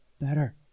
better